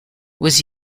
was